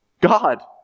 God